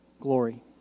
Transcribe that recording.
glory